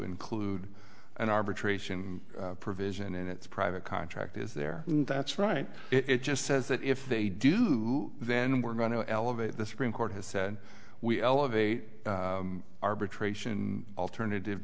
include an arbitration provision and it's a private contract is there that's right it just says that if they do then we're going to elevate the supreme court has said we elevate arbitration alternative